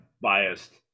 biased